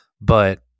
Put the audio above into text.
but-